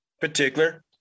particular